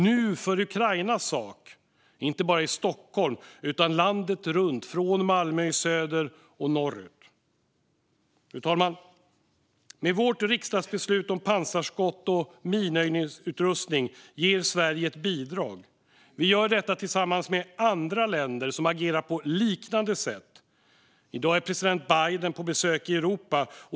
Nu hålls de för Ukrainas sak, inte bara i Stockholm utan landet runt från Malmö i söder och norrut. Fru talman! Med vårt riksdagsbeslut om pansarskott och minröjningsutrustning ger Sverige ett bidrag. Vi gör detta tillsammans med andra länder som agerar på liknande sätt. I dag är president Biden på besök i Europa.